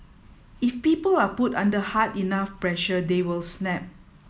if people are put under hard enough pressure they will snap